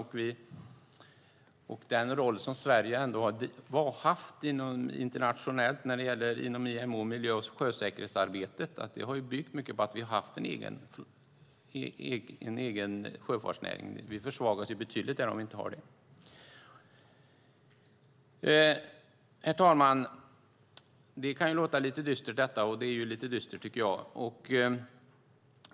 Och den roll som Sverige har haft internationellt när det gäller miljö och sjösäkerhetsarbetet har byggt mycket på att vi har haft en egen sjöfartsnäring. Vi försvagas betydligt om vi inte har det. Herr talman! Detta kan låta lite dystert, och det är lite dystert, tycker jag.